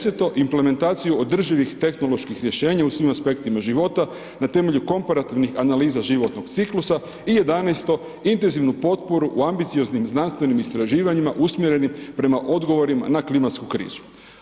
Deseto, implementaciju održivih tehnoloških rješenja u svim aspektima života na temelju komparativnih analiza životnog ciklusa i jedanaesto, intenzivnu potporu u ambicioznim i znanstvenim istraživanjima usmjerenih prema odgovorima na klimatsku krizu.